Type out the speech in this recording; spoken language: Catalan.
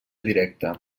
directa